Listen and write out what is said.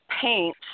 paint